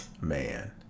man